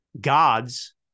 Gods